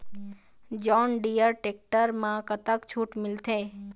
John Deere tractor म कतक छूट मिलथे?